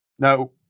No